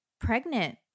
pregnant